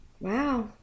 Wow